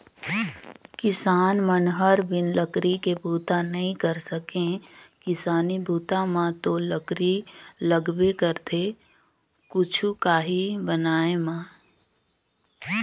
किसान मन हर बिन लकरी के बूता नइ कर सके किसानी बूता म तो लकरी लगबे करथे कुछु काही बनाय म